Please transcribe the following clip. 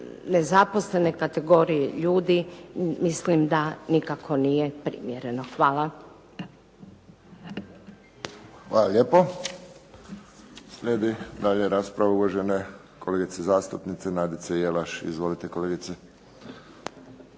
nezaposlene kategorije ljudi mislim da nikako nije primjereno. Hvala. **Friščić, Josip (HSS)** Hvala lijepo. Slijedi dalje rasprava uvažene kolegice zastupnice Nadice Jelaš. Izvolite kolegice.